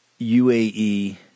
UAE